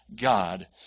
God